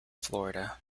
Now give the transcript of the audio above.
florida